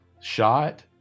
shot